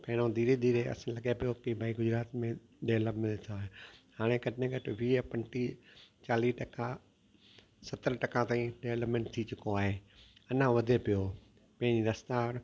पहिरों धीरे धीरे लॻे पियो भई गुजरात में डवलपमेंट्स आहे हाणे घटि में घटि वीह पंटीह चालीह टका सतरि टका ताईं डवलपमेंट थी चुको आहे अञा वधे पियो पहिरीं रस्ता